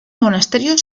monasterio